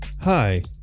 Hi